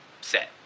set